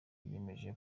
yiyemeje